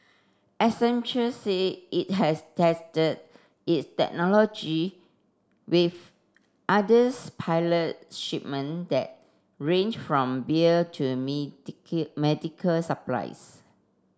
Accenture said it has tested its technology with others pilot shipment that range from beer to medical supplies